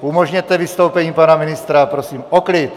Umožněte vystoupení pana ministra, prosím o klid!